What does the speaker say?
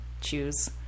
choose